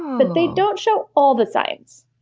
but they don't show all the signs.